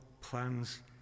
plans